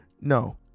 No